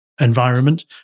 environment